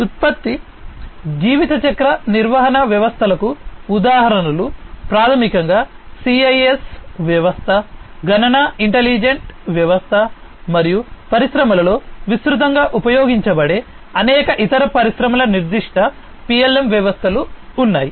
ఉత్పత్తి జీవితచక్ర నిర్వహణ వ్యవస్థలకు ఉదాహరణలు ప్రాథమికంగా CIS వ్యవస్థ గణన ఇంటెలిజెంట్ వ్యవస్థ మరియు పరిశ్రమలలో విస్తృతంగా ఉపయోగించబడే అనేక ఇతర పరిశ్రమల నిర్దిష్ట PLM వ్యవస్థలు ఉన్నాయి